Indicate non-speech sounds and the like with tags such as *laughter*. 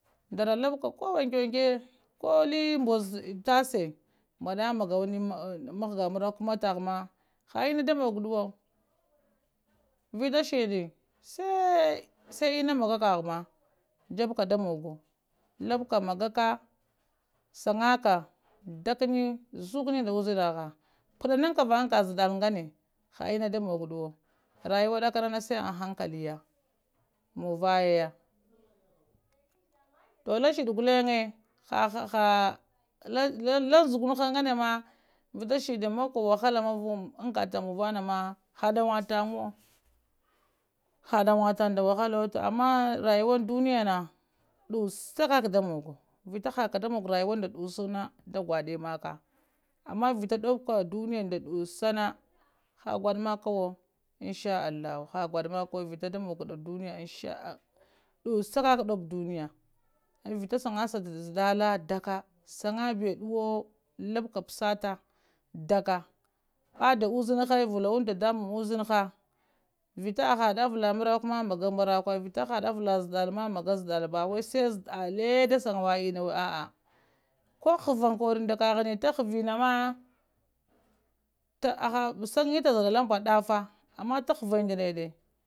Dara labka koh wanka wanke ka li mbozowo tashe mbadda da mour amanaga marakuwa kamattah ma ha ena da moggodowo vita shidda she ena magga kaha ma jeɓɓka da moggowo labka maggaka sangaka dakkni zukani nɗa uzinaha panaka angga ziddal nganeɗ ha enna da mogg dowo rayiwa dakka na sai an hankaleya muvaye lashdi gullenge ha *hesitation* lang zuggunaha ngane ma vita shiɗɗi muggka wahal ma ha aganta danguwatar da muvana ma ha danguatanwo ha danguatan nda wahalwo johama rayiwan duniyan dussa kaka da mogowo vita hakka da moggowo rayiwa nda dussana da gudde makka amma vita da dobbaka ta duniya dussanma ha guɗɗa makkawo inshaa allahu ha gudda makkawo vita da duɓɓka duniya inshaa allah dussa kakka ɗuɓɓ ɗuniya vita shangsa zaɗɗala ɗakka shagga beɗɗowo laɓɓka pashatta ɗakka ɓaɗɗe uzinaha vallowa ɗaɗɗamɓan uzinaha vita ahaɗe avala marakuwa ma magga marakuwa vita aha avalla zaɗɗal ma magga zaɗɗala bawai sai zaɗɗale da sangawa enna bawai sai zaɗɗale da sangawa enna ba a. a koh ghavanda kori nda kahani tahavina ma *hesitation* shangita zaddaln mba ta ɗaffa ama tahavange ndanede